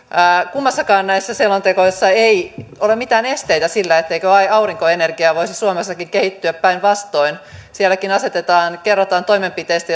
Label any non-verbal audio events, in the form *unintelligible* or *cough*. kummassakaan näistä selonteoista ei ole mitään esteitä sille etteikö aurinkoenergia voisi suomessakin kehittyä päinvastoin sielläkin kerrotaan toimenpiteistä *unintelligible*